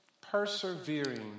Persevering